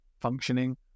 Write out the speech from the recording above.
functioning